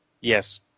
Yes